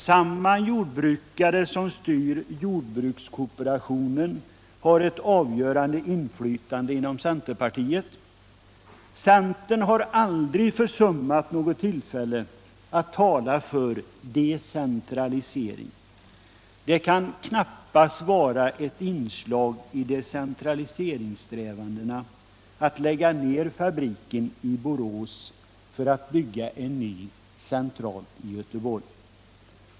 Samma jordbrukare som styr jordbrukskooperationen har ett avgörande inflytande inom centerpartiet. Centern har aldrig försummat något tillfälle att tala för decentralisering. Det kan knappast vara ett inslag i decentraliseringssträvandena att lägga ned fabriken i Borås för att bygga en ny centralt i Göteborg.